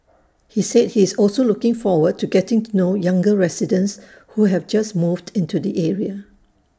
he said he is also looking forward to getting to know younger residents who have just moved into the area